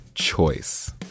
Choice